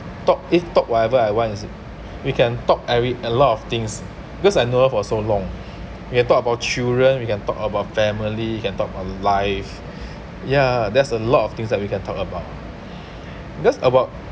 talk eh talk whatever I want is it we can talk I read a lot of things because I know her for so long we can talk about children we can talk about family you can talk about life yeah there's a lot of things that we can talk about because about